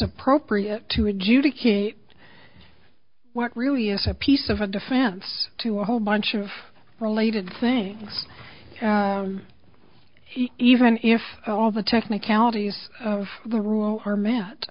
appropriate to adjudicate what really is a piece of a defense to a whole bunch of related things he even if all the technicalities of the rule are m